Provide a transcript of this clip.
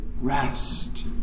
rest